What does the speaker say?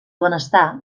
benestar